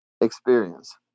experience